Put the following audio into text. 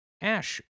Ash